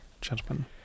Gentlemen